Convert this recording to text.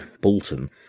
Bolton